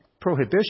prohibition